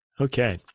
Okay